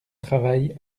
travail